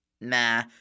Nah